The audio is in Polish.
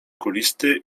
kulisty